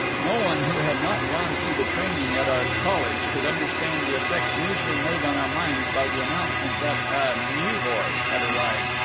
no one who had not gone through the training at our college could understand the effect usually made on our minds by the announcement that a new boy had arrived,